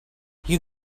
you